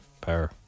power